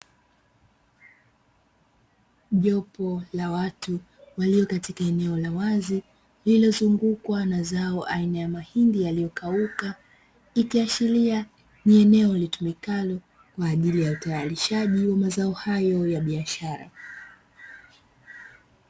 Jopo la watu waliokatika eneo la wazi lililozungukwa na zao aina ya mahindi yaliyokauka, ikiashiria ni eneo litumikalo kwa ajili ya utayarishaji wa mazao hayo ya biashara.